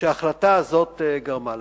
שההחלטה הזאת גרמה להם.